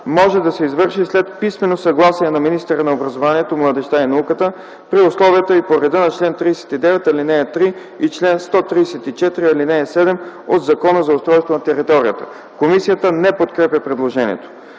може да се извърши след писмено съгласие на министъра на образованието, младежта и науката при условията и по реда на чл. 39, ал. 3 и чл. 134, ал. 7 от Закона за устройство на територията.” Комисията не подкрепя предложението.